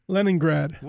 Leningrad